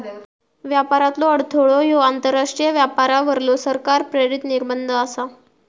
व्यापारातलो अडथळो ह्यो आंतरराष्ट्रीय व्यापारावरलो सरकार प्रेरित निर्बंध आसा